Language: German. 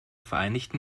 vereinigten